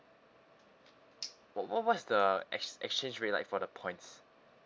what what what's the ex~ exchange rate like for the points